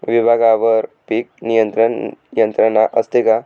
विभागवार पीक नियंत्रण यंत्रणा असते का?